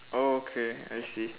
oh okay I see